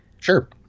sure